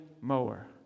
mower